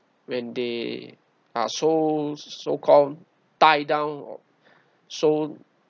when they are so so called tied down oh so